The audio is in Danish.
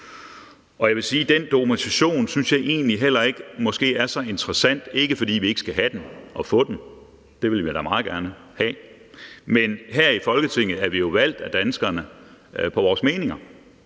Jeg vil sige, at den dokumentation synes jeg egentlig heller ikke er så interessant, ikke fordi vi ikke skal have den og få den, det vil vi da meget gerne, men her i Folketinget er vi jo valgt af danskerne på vores meninger,